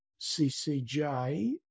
CCJ